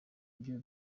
byo